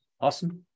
Awesome